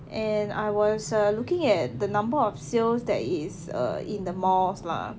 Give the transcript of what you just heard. and I was err looking at the number of sales that is err in the mall's lah